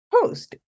post